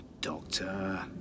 Doctor